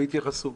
והתייחסו.